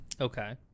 Okay